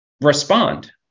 respond